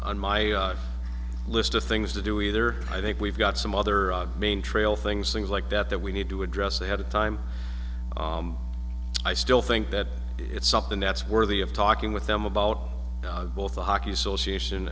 on my list of things to do either i think we've got some other main trail things things like that that we need to address ahead of time i still think that it's something that's why worthy of talking with them about both the hockey association